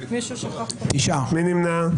מי נמנע?